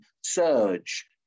surge